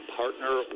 partner